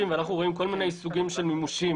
ואנחנו רואים כל מיני סוגים של מימושים,